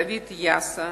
דוד יאסו